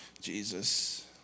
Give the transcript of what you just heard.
Jesus